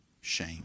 shame